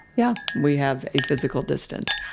yeah, we have a physical distance.